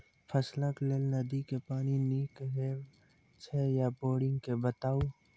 फसलक लेल नदी के पानि नीक हे छै या बोरिंग के बताऊ?